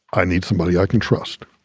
i need somebody i can trust.